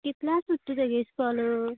कितल्याक सुट्टां तेगे इश्कोल